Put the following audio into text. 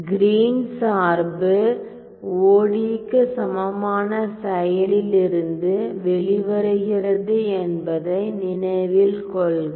green Green's சார்பு ஒடியி க்கு சமமான செயலிலிருந்து வெளிவருகிறது என்பதை நினைவில் கொள்க